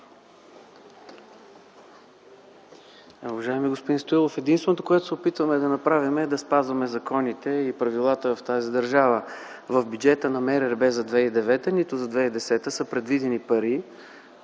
Уважаеми господин Стоилов, единственото, което се опитваме да направим е, да спазваме законите и правилата в тази държава. В бюджета на МРРБ за 2009 г., нито за 2010 г. са предвидени пари